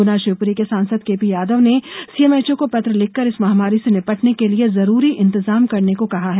गुना शिवपुरी के सांसद केपीयादव ने सीएमएचओ को पत्र लिखकर इस महामारी से निपटने के लिये जरूरी इंतजाम करने को कहा है